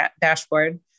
dashboard